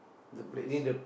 the place